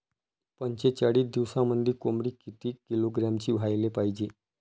पंचेचाळीस दिवसामंदी कोंबडी किती किलोग्रॅमची व्हायले पाहीजे?